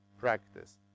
practice